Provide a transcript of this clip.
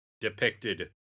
depicted